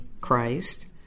Christ